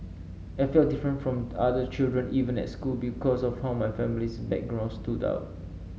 I felt different from other children even at school because of how my family's background stood out